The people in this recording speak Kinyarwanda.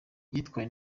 yitwaye